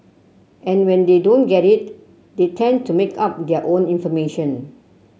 and when they don't get it they tend to make up their own information